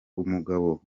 umugabo